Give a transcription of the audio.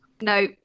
No